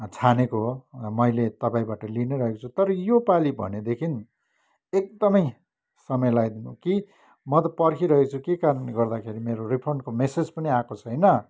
छानेको हो मैले तपाईँबाट लिइ नै रहेको छु तर योपालि भनेदेखिन् एकदमै समय लाइदिनुभयो कि म त पर्खिरहेछु के कारणले गर्दाखेरि मेरो रिफन्डको मेसेज पनि आएको छैन